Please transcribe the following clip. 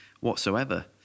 whatsoever